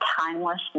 timeless